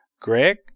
Greg